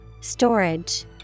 Storage